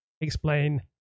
explain